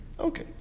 Okay